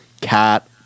cat